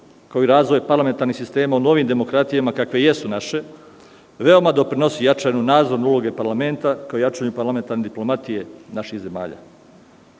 kao i razvoj parlamentarnih sistema u novim demokratijama, kakve jesu naše, veoma doprinosi jačanju nadzorne uloge parlamenta, kao i jačanja parlamentarne diplomatije naših